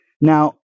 now